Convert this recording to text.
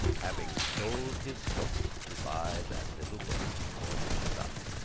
having sold his coat to buy that little book for his son!